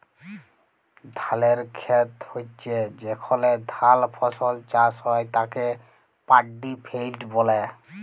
ধালের খেত হচ্যে যেখলে ধাল ফসল চাষ হ্যয় তাকে পাড্ডি ফেইল্ড ব্যলে